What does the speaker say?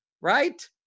right